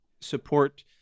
support